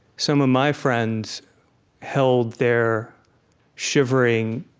some of my friends held their shivering,